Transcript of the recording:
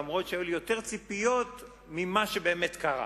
אף שהיו לי יותר ציפיות ממה שבאמת קרה.